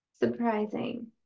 surprising